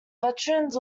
veterans